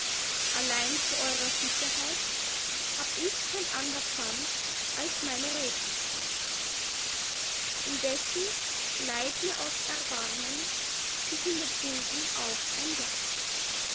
allein zu eurer sicherheit hab ich kein ander pfand als meine redlichkeit indessen leiht mir aus erbarmen die hundert gulden auf ein jahr